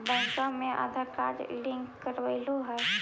बैंकवा मे Aadhaar card link करवैलहो है?